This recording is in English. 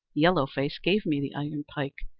yellow face gave me the iron pike,